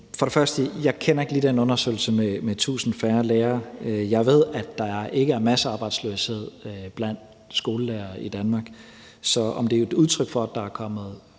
Tesfaye): Jeg kender ikke lige den undersøgelse om 1.000 færre lærere. Jeg ved, at der ikke er masser af arbejdsløshed blandt skolelærere i Danmark. Så om det er et udtryk for, at der er kommet